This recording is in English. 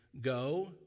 go